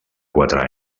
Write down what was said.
quatre